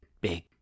big